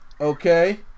Okay